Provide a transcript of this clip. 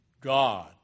God